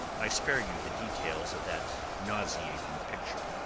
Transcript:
i spare you the details of that nauseating picture.